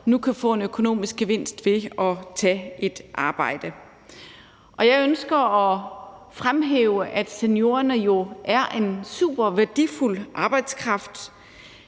nu kan få en økonomisk gevinst ved at tage et arbejde. Jeg ønsker at fremhæve, at seniorerne jo er en super værdifuld arbejdskraft.